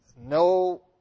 no